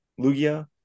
Lugia